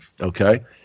okay